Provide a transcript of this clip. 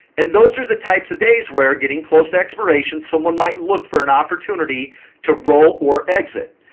and those are the types of days where getting close to expiration someone might look for an opportunity to roll or exit.